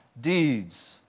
deeds